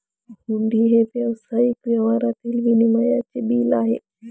हुंडी हे व्यावसायिक व्यवहारातील विनिमयाचे बिल आहे